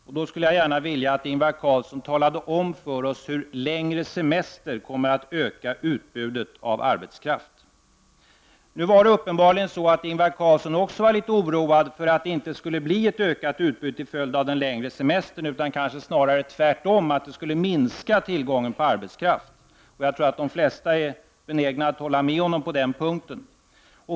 Jag skulle gärna vilja att Ingvar Carlsson talar om för oss hur längre semester kommer att öka utbudet av arbetskraft. Nu är det uppenbarligen så att Ingvar Carlsson också är litet oroad för att det inte skall bli ett ökat utbud till följd av den längre semestern. Det skulle kanske snarare bli tvärtom, dvs. tillgången på arbetskraft skulle minska. De flesta är nog benägna att hålla med honom på den punkten.